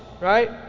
right